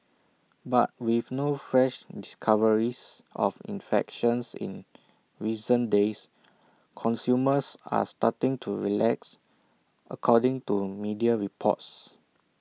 but with no fresh discoveries of infections in recent days consumers are starting to relax according to media reports